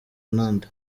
nande